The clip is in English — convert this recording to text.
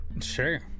Sure